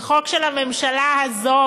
זה חוק של הממשלה הזאת.